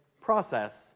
process